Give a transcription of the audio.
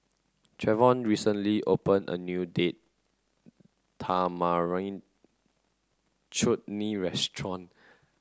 Trevon recently opened a new Date Tamarind Chutney Restaurant